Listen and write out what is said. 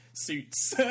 suits